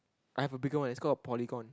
I have a bigger one it's called a polygon